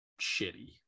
shitty